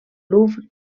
louvre